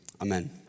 Amen